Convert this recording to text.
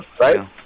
right